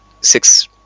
six